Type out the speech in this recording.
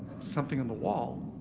something and wall?